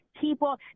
people